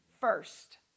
first